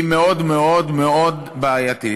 היא מאוד מאוד מאוד בעייתית.